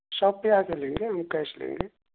shop پہ آ کے لیں گے ہم کیش لیں گے